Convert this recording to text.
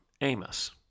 Amos